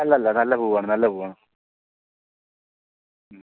അല്ലല്ല നല്ല പൂവാണ് നല്ല പൂവാണ് മ്